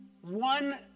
One